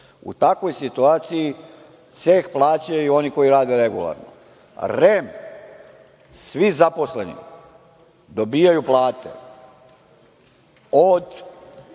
U takvoj situaciji ceh plaćaju oni koji rade regularno. Svi zaposleni u REM-u dobijaju plate od